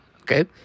okay